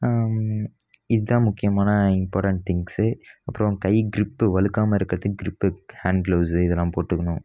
இது தான் முக்கியமான இம்பார்ட்டண்ட் திங்ஸ் அப்புறம் கை கிரிப் வழுக்காமல் இருக்கிறதுக்கு கிரிப் ஹாண்ட் க்ளவ்ஸ் இதெலாம் போட்டுக்கணும்